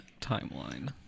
timeline